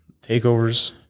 takeovers